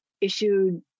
issued